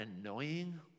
annoying